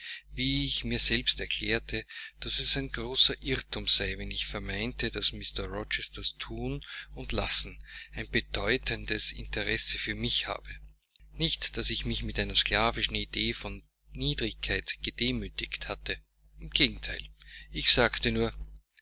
wie ich mir selbst erklärte daß es ein grober irrtum sei wenn ich vermeinte daß mr rochesters thun und lassen ein bedeutendes interesse für mich habe nicht daß ich mich mit einer sklavischen idee von niedrigkeit gedemütigt hätte im gegenteil ich sagte nur